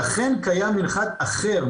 ואכן קיים מנחת אחר,